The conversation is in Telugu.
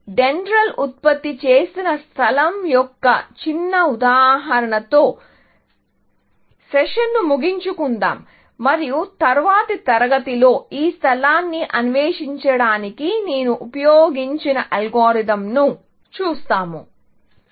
డెండ్రాళ్ ఉత్పత్తి చేసిన స్థలం యొక్క చిన్న ఉదాహరణతో సెషన్ను ముగించుకుందాం మరియు తరువాతి తరగతిలో ఈ స్థలాన్ని అన్వేషించడానికి నేను ఉపయోగించిన అల్గోరిథంలను చూస్తాము